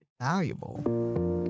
valuable